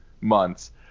months